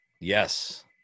Yes